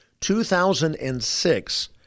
2006